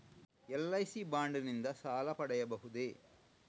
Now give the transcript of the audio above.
LIC bond ನಿಂದ ಸಾಲ ಪಡೆಯಬಹುದೇ?